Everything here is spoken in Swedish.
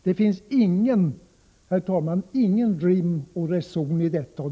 Det finns, herr talman, ingen rim och reson i detta.